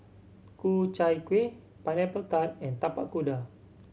Ku Chai Kueh Pineapple Tart and Tapak Kuda